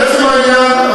לעצם העניין,